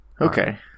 Okay